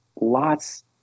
lots